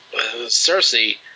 Cersei